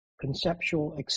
conceptual